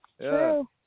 true